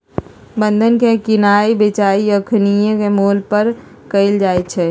बन्धन के किनाइ बेचाई अखनीके मोल पर कएल जाइ छइ